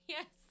Yes